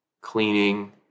cleaning